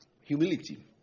Humility